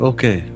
Okay